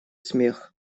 смех